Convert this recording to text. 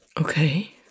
Okay